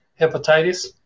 hepatitis